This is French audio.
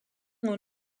aux